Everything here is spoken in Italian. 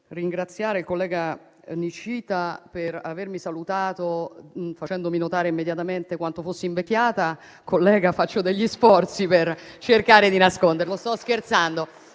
ringraziare il collega Nicita per avermi salutata, facendomi notare immediatamente quanto fossi invecchiata. Collega, faccio degli sforzi per cercare di nasconderlo. Sto scherzando,